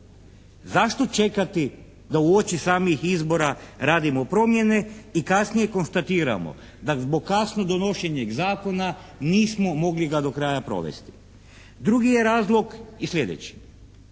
Zašto čekati da uoči samih izbora radimo promjene i kasnije konstatiramo da zbog kasnog donošenja zakona nismo mogli ga do kraja provesti. Drugi je razlog i sljedeći: